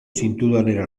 zintudanera